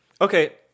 Okay